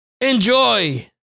Enjoy